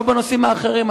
לא בנושאים האחרים.